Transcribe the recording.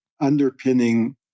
underpinning